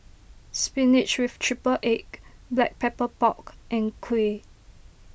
Spinach with Triple Egg Black Pepper Pork and Kuih